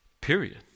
period